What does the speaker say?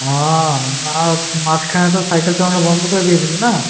ও মাস মাঝখানে তো সাইকেল চালানো বন্ধ করে দিয়েছিলি না